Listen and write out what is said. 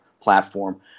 platform